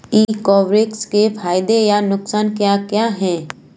E commerce के फायदे या नुकसान क्या क्या हैं?